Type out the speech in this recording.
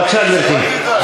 בבקשה, גברתי.